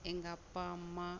எங்கள் அப்பா அம்மா